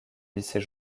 lycée